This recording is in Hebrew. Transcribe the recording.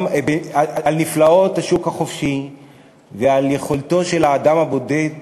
על נפלאות השוק החופשי ועל יכולתו של האדם הבודד להגיע.